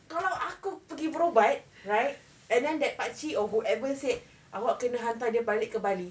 kalau aku pergi berubat right and then that pakcik or whoever said awak kena hantar dia balik ke bali